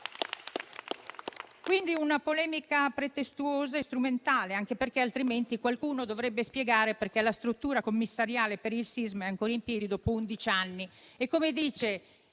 quindi di una polemica pretestuosa e strumentale, anche perché altrimenti qualcuno dovrebbe spiegare perché la struttura commissariale per il sisma è ancora in piedi dopo undici